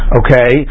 okay